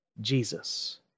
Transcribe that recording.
Jesus